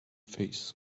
face